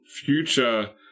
future